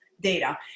data